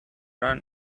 run